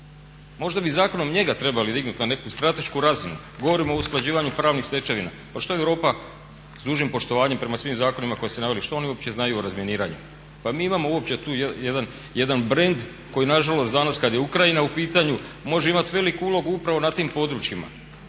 Možda bi zakonom njega trebali dignuti na neku stratešku razinu, govorimo o usklađivanju pravnih stečevina. Pa što je Europa s dužnim poštovanjem prema svim zakonima koje ste naveli, što oni uopće znaju o razminiranju? Pa mi imamo uopće tu jedan brend koji nažalost danas kada je Ukrajina u pitanju može imati veliku ulogu upravo na tim područjima.